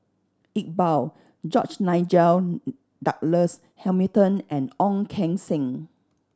Iqbal George Nigel Douglas Hamilton and Ong Keng Sen